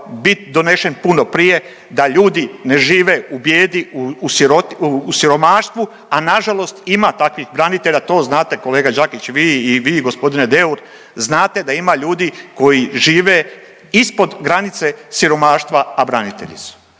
bit donesen puno prije da ljudi ne žive u bijedi, u siromaštvu, a nažalost ima takvih branitelja, to znate kolega Đakić vi i vi g. Deur, znate da ima ljudi koji žive ispod granice siromaštva, a branitelji su.